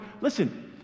Listen